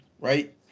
right